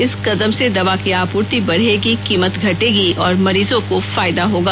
इस कदम से दवा की आपूर्ति बढ़ेगी कीमत घटेगी और मरीजों को फायदा होगा